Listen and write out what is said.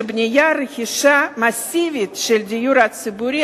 שבנייה או רכישה מסיבית של דיור ציבורי